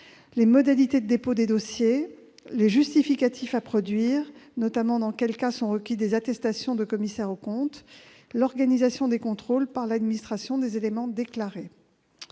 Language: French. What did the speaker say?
les modalités de dépôt des dossiers, les justificatifs à produire- notamment dans quel cas sont requises des attestations de commissaires aux comptes -ou l'organisation des contrôles par l'administration des éléments déclarés.